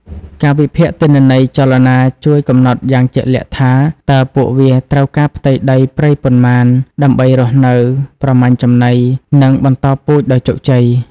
ការវិភាគទិន្នន័យចលនាជួយកំណត់យ៉ាងជាក់លាក់ថា តើពួកវាត្រូវការផ្ទៃដីព្រៃប៉ុន្មាន ដើម្បីរស់នៅ ប្រមាញ់ចំណី និងបន្តពូជដោយជោគជ័យ។